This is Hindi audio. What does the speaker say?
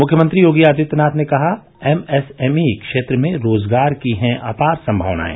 मुख्यमंत्री योगी आदित्यनाथ ने कहा एमएसएमई क्षेत्र में रोज़गार की हैं अपार संभावनाएं